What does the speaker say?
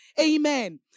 Amen